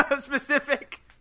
specific